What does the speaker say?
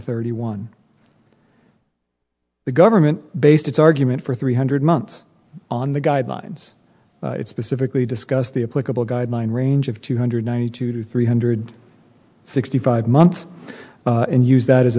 thirty one the government based its argument for three hundred months on the guidelines it's pacifically discuss the a political guideline range of two hundred ninety two to three hundred sixty five months and use that as a